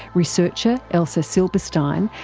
researcher elsa silberstein,